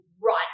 right